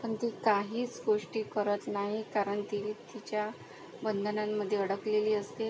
पण ती काहीच गोष्टी करत नाही कारण ती तिच्या बंधनांमध्ये अडकलेली असते